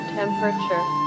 temperature